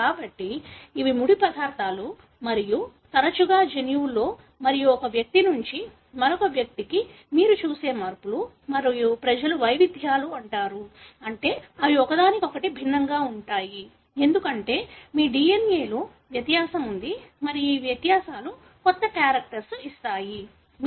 కాబట్టి ఇవి ముడి పదార్థాలు మరియు తరచుగా జన్యువులో మరియు ఒక వ్యక్తి నుండి మరొక వ్యక్తికి మీరు చూసే మార్పులు మరియు ప్రజలు వైవిధ్యాలు అంటారు అంటే అవి ఒకదానికొకటి భిన్నంగా ఉంటాయి ఎందుకంటే మీ DNA లో వ్యత్యాసం ఉంది మరియు ఈ వ్యత్యాసాలు కొత్త క్యారెక్టర్స్ ఇవ్వండి